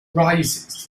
rises